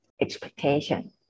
expectation